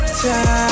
time